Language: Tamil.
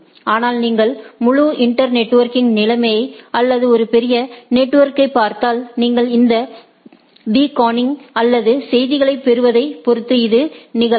ஆனால் நீங்கள் முழு இன்டர்நெட்ஒர்கிங் நிலைமை அல்லது ஒரு பெரிய நெட்வொர்க்கைப் பார்த்தால் நீங்கள் இந்த பெக்கனிங் அல்லது செய்திகளைப் பெறுவதை பொறுத்து இது நிகழலாம்